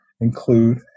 include